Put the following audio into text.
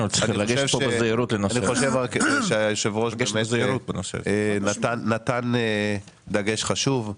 אני חושב שהיושב ראש נתן דגש חשוב.